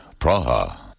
Praha